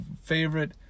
favorite